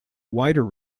wider